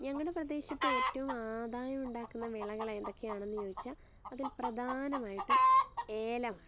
ഞങ്ങളുടെ പ്രദേശത്ത് ഏറ്റോം ആദായം ഉണ്ടാക്കുന്ന വിളകളെതൊക്കെയാണെന്ന് ചോദിച്ചാൽ അതിൽ പ്രധാനമായിട്ടും ഏലമാണ്